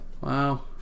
Wow